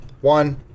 one